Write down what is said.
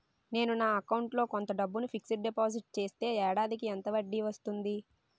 నేను నా అకౌంట్ లో కొంత డబ్బును ఫిక్సడ్ డెపోసిట్ చేస్తే ఏడాదికి ఎంత వడ్డీ వస్తుంది?